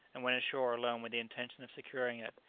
and went ashore alone with the intention of securing it.